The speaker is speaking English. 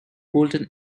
golden